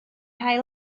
haul